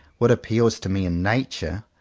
what appeals to me in nature,